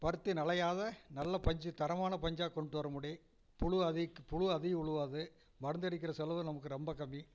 பருத்தி நிலையாக நல்ல பஞ்சி தரமான பஞ்சாக கொண்டுவரமுடியும் புழுவதே புழு அதிகம் உழுவாது மருந்தடிக்கிற செலவு நமக்கு ரொம்ப கம்மி